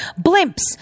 blimps